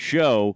Show